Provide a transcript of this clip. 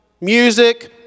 Music